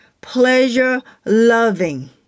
pleasure-loving